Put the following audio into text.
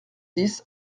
dix